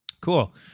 Cool